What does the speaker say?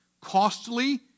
costly